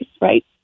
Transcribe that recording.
right